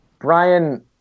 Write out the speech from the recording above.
Brian